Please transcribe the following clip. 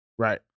Right